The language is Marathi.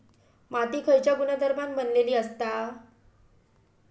माती खयच्या गुणधर्मान बनलेली असता?